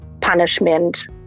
punishment